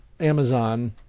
Amazon